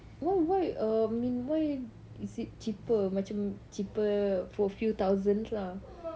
why why err I mean why is it cheaper macam cheaper for few thousands lah